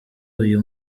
uyu